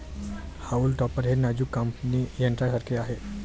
haulm topper हे नाजूक कापणी यंत्रासारखे आहे